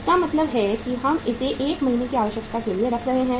इसका मतलब है कि हम इसे 1 महीने की आवश्यकता के लिए रख रहे हैं